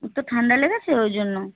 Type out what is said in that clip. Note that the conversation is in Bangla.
ওর তো ঠান্ডা লেগেছে ওই জন্য